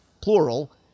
plural